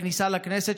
בכניסה לכנסת,